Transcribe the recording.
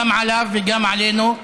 גם עליו וגם עלינו,